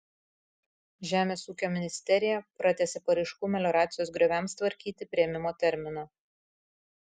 žemės ūkio ministerija pratęsė paraiškų melioracijos grioviams tvarkyti priėmimo terminą